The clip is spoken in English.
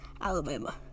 Alabama